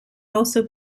also